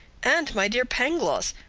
and, my dear pangloss,